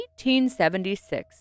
1876